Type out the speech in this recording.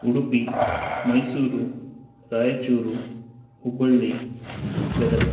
Udupi Mysuru Raichuru Hubballi Gadag